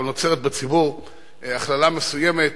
אבל נוצרת בציבור הכללה מסוימת,